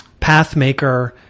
pathmaker